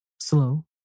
Slow